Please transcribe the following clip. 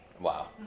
Wow